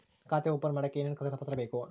ಖಾತೆ ಓಪನ್ ಮಾಡಕ್ಕೆ ಏನೇನು ಕಾಗದ ಪತ್ರ ಬೇಕು?